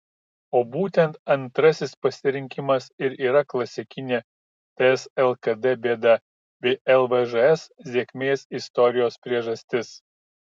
o būtent antrasis pasirinkimas ir yra klasikinė ts lkd bėda bei lvžs sėkmės istorijos priežastis